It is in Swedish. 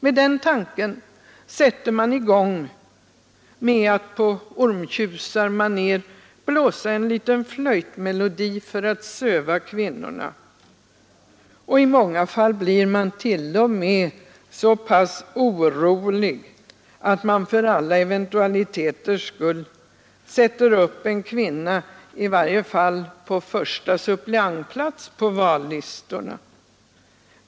Med den tanken sätter man i gång med att på ormtjusarmaner blåsa en liten flöjtmelodi för att söva kvinnorna. I många fall blir man t.o.m. så pass orolig att man för alla eventualiteters skull sätter upp en kvinna, i varje fall på suppleantplats, på vallistorna.